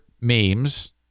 memes